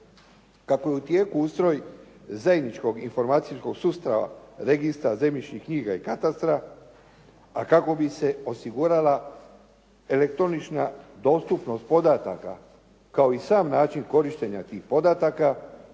Kako je u tijeku ustroj zajedničkog informacijskog sustava registra zemljišnih knjiga i katastra, a kako bi se osigurala elektronična dostupnost podataka kao i sam način korištenja tih podataka